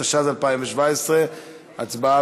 התשע"ז 2017. הצבעה,